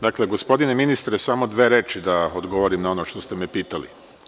Dakle, gospodine ministre samo dve reči da odgovorim dve reči na ono što ste me pitali.